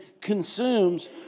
consumes